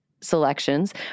selections